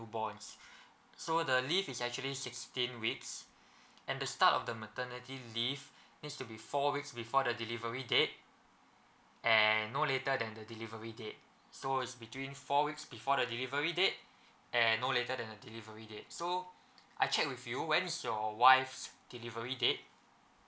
new born so the leave is actually sixteen weeks and the start of the maternity leave needs to be four weeks before the delivery date and no later than the delivery date so it's between four weeks before the delivery date and no later than the delivery date so I check with you when's your wife's delivery date